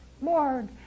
Lord